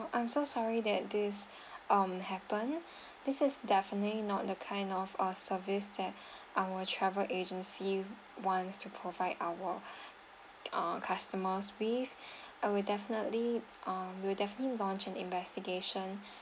I'm so sorry that this um happened this is definitely not the kind of uh service that our travel agency wants to provide our uh customers with I will definitely um we will definitely launch an investigation